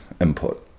input